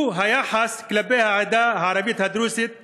שהוא היחס כלפי העדה הערבית הדרוזית בכלל.